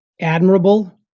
admirable